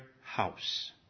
house